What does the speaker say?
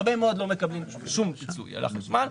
הרבה מאוד לא מקבלים שום פיצוי על החשמל,